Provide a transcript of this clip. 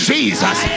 Jesus